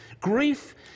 Grief